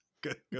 Good